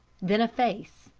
then a face,